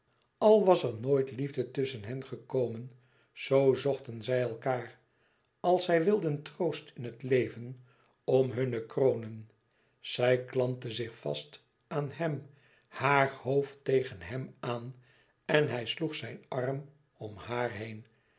al was er nooit liefde tusschen hen gekomen zoo zochten zij elkaâr als zij wilden troost in het leven om hunne kronen zij klampte zich vast aan hem haar hoofd tegen hem aan en hij sloeg zijn arm om haar heen